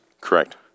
Correct